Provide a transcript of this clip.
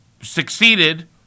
succeeded